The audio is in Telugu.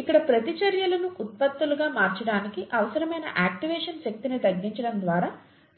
ఇక్కడ ప్రతిచర్యలను ఉత్పత్తులుగా మార్చడానికి అవసరమైన యాక్టివేషన్ శక్తిని తగ్గించడం ద్వారా